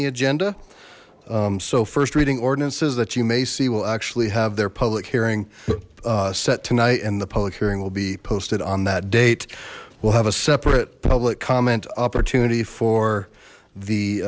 the agenda so first reading ordinances that you may see will actually have their public hearing set tonight and the public hearing will be posted on that date will have a separate public comment opportunity for the